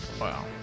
Wow